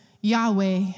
Yahweh